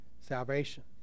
salvation